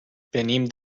venim